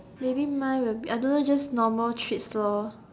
maybe my will be I don't know just normal treats lor